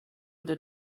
would